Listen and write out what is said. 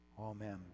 Amen